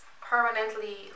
permanently